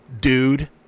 dude